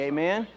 Amen